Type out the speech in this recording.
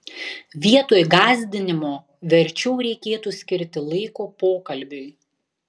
vietoj gąsdinimo verčiau reikėtų skirti laiko pokalbiui